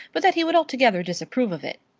but that he would altogether disapprove of it.